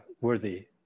worthy